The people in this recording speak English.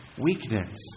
weakness